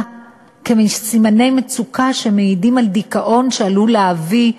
כסימני מצוקה שמעידים על דיכאון שעלול להביא להתאבדות.